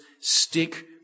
stick